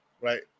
right